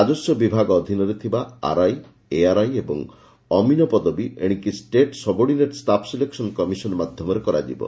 ରାଜସ୍ୱ ବିଭାଗ ଅଧୀନରେ ଥିବା ଆର୍ଆଇ ଏଆର୍ଆଇ ଏବଂ ଅମିନ ପଦବୀ ଏଶିକି state subordinate staff selection commission ମାଧ୍ଧମରେ କରାଯିବ